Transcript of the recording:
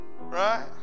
Right